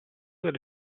delle